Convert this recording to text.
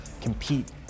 compete